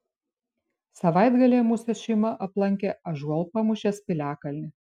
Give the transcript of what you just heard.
savaitgalyje mūsų šeima aplankė ąžuolpamūšės piliakalnį